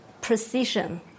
precision